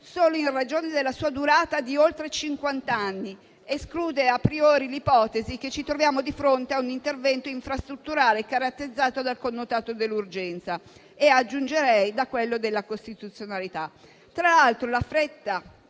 solo in ragione della sua durata, di oltre cinquant'anni? Ciò esclude a priori l'ipotesi che ci troviamo di fronte a un intervento infrastrutturale caratterizzato dal connotato dell'urgenza e aggiungerei da quello della costituzionalità.